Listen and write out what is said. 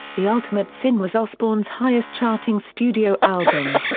the ultimate sin was osbourne's highest charting studio album.